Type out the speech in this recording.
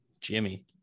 Jimmy